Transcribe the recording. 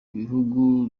bihugu